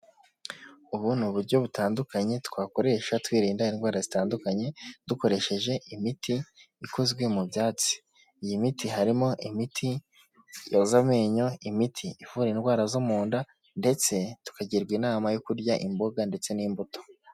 Ubu ni uburyo butandukanye twakoresha twirinda indwara zitandukanye, dukoresheje imiti ikozwe mu byatsi. Iyi miti harimo imiti yoza amenyo, imiti ivura indwara zo mu nda ndetse tukagirwa inama yo kurya imboga ndetse n'imbuto.